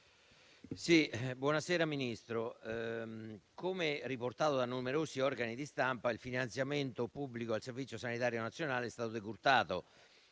Premesso che: come riportato da numerosi organi di stampa, il finanziamento pubblico al Servizio sanitario nazionale è stato decurtato,